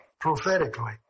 prophetically